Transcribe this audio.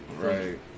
right